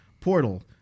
Portal